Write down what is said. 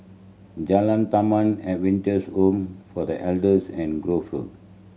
Jalan Taman Adventist Home for The Elders and Grove Road